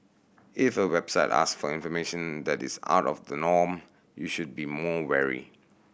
if a website ask for information that is out of the norm you should be more wary